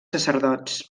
sacerdots